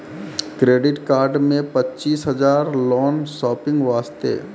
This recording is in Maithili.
क्रेडिट कार्ड मे पचीस हजार हजार लोन शॉपिंग वस्ते?